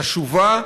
חשובה,